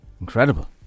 Incredible